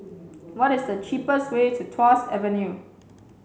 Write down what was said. what is the cheapest way to Tuas Avenue